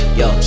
yo